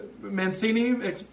Mancini